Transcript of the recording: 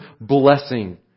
blessing